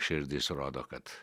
širdis rodo kad